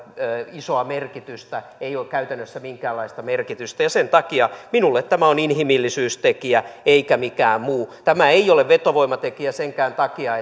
isoa merkitystä ei ole käytännössä minkäänlaista merkitystä sen takia minulle tämä on inhimillisyystekijä eikä mikään muu tämä ei ole vetovoimatekijä senkään takia